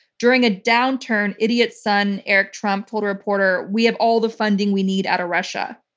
during a downturn, idiot son, eric trump, told a reporter, we have all the funding we need out of russia.